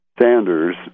sanders